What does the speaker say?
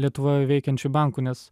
lietuvoj veikiančiu banku nes